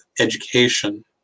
education